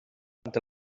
tant